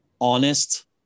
honest